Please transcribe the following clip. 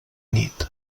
nit